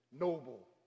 noble